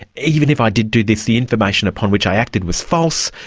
even if i did do this the information upon which i acted was false,